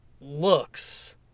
looks